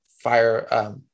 fire